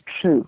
true